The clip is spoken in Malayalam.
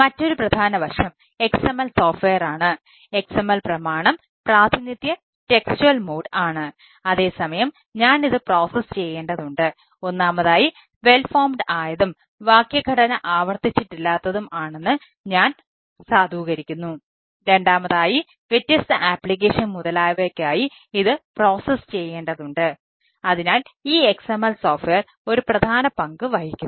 മറ്റൊരു പ്രധാന വശം XML സോഫ്റ്റ്വെയറാണ് ഒരു പ്രധാന പങ്ക് വഹിക്കുന്നു